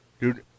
Dude